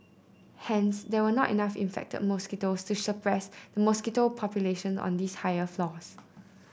hence there were not enough infected mosquitoes to suppress the mosquito population on these higher floors